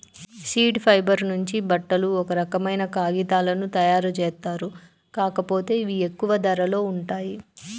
seed fibre నుంచి బట్టలు, ఒక రకమైన కాగితాలను తయ్యారుజేత్తారు, కాకపోతే ఇవి ఎక్కువ ధరలో ఉంటాయి